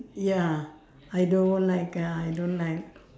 ya I don't like ah I don't like